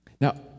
Now